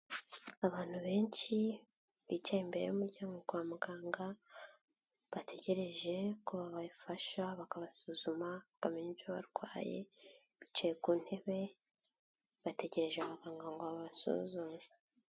Abantu benshi bicaye imbere y'umuryango kwa muganga, bategereje ko babafasha bakabasuzuma bakamenya ibyo abarwaye, bicaye ku ntebe bategereje abaganga ngo babasuzume.